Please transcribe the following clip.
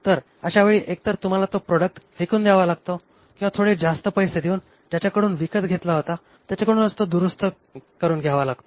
तर अशा वेळी एकतर तुम्हाला तो प्रोडक्ट फेकून द्यावा लागतो किंवा थोडे जास्त पैसे देऊन ज्याच्याकडून विकत घेतला होता त्याच्याकडूनच तो दुरुस्त करून घ्यावा लागतो